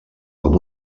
com